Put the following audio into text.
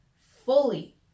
fully